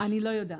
אני לא יודעת.